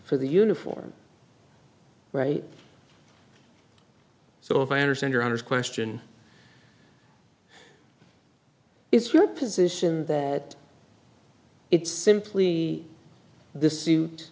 for the uniform right so if i understand your honour's question it's your position that it's simply this suit